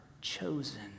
chosen